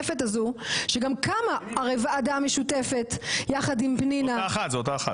שגם קמה הרי ועדה משותפת יחד עם פנינה --- זה אותה אחת.